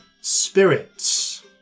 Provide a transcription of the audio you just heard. spirits